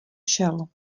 šel